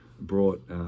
brought